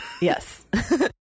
Yes